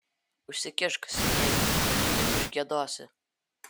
užsikišk sniege tuoj kitaip užgiedosi